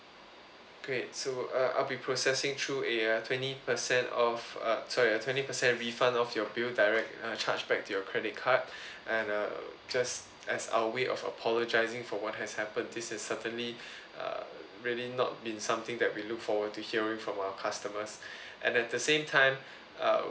great so uh I'll be processing through eh a twenty percent off uh sorry twenty percent refund of your bill direct uh charge back to your credit card and uh just as our way of apologising for what has happened this is certainly uh really not been something that we look forward to hearing from our customers and at the same time uh